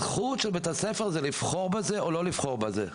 הזכות של בית הספר היא לבחור בזה או לא לבחור בזה.